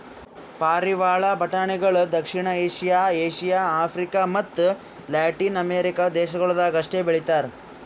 ಪಾರಿವಾಳ ಬಟಾಣಿಗೊಳ್ ದಕ್ಷಿಣ ಏಷ್ಯಾ, ಏಷ್ಯಾ, ಆಫ್ರಿಕ ಮತ್ತ ಲ್ಯಾಟಿನ್ ಅಮೆರಿಕ ದೇಶಗೊಳ್ದಾಗ್ ಅಷ್ಟೆ ಬೆಳಿತಾರ್